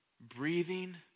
breathing